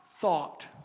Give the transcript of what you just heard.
thought